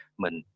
mình